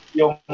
yung